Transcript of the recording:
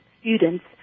students